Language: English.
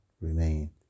remain